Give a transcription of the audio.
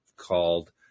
called